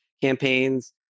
campaigns